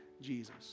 Jesus